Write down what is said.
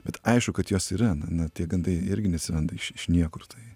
bet aišku kad jos yra na na tie gandai irgi neatsiranda iš iš niekur tai